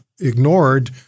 ignored